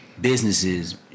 businesses